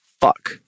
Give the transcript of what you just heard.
fuck